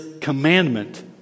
commandment